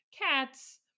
cats